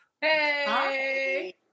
Hey